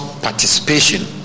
participation